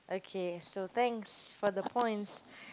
okay so thanks for the points